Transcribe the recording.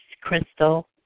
Crystal